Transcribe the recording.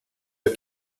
der